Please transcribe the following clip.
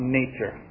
nature